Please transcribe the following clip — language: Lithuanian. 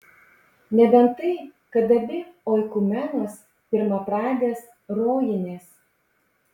nebent tai kad abi oikumenos pirmapradės rojinės